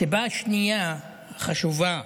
הסיבה השנייה, החשובה,